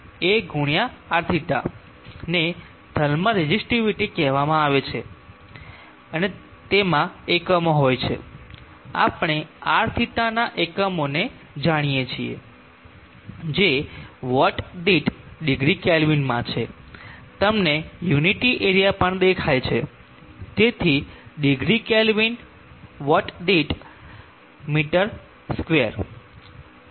છે A ગુણ્યા Rθ ને થર્મલ રેઝિસ્ટિવિટી કહેવામાં આવે છે અને તેમાં એકમો હોય છે આપણે Rθ ના એકમોને જાણીએ છીએ જે વાટ દીઠ ડિગ્રી કેલ્વિન છે તમને યુનિટિ એરિયા પણ દેખાય છે તેથી વોટ પ્રતિ ડિગ્રી કેલ્વિન પ્રતિ મીટર સ્કવેર